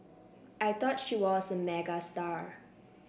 I thought she was a megastar